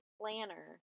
planner